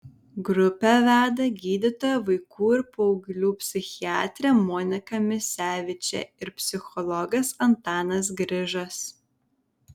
grupę veda gydytoja vaikų ir paauglių psichiatrė monika misevičė ir psichologas antanas grižas